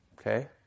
Okay